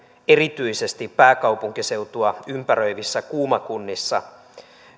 erityisesti pääkaupunkiseutua ympäröivissä kuuma kunnissa